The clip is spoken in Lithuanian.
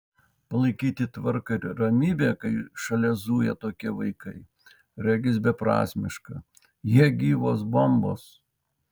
palaikyti tvarką ir ramybę kai šalia zuja tokie vaikai regis beprasmiška jie gyvos bombos